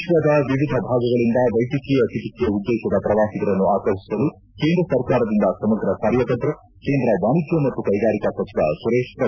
ವಿಶ್ವದ ವಿವಿಧ ಭಾಗಗಳಿಂದ ವೈದ್ಯಕೀಯ ಚಿಕಿತ್ಸೆ ಉದ್ದೇಶದ ಪ್ರವಾಸಿಗರನ್ನು ಆಕರ್ಷಿಸಲು ಸರ್ಕಾರದಿಂದ ಸಮಗ್ರ ಕಾರ್ಯತಂತ್ರ ಕೇಂದ್ರ ವಾಣಿಜ್ಯ ಮತ್ತು ಕೈಗಾರಿಕಾ ಸಚಿವ ಸುರೇಶ್ ಪ್ರಭು